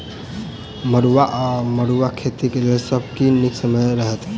मरुआक वा मड़ुआ खेतीक लेल सब सऽ नीक समय केँ रहतैक?